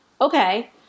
okay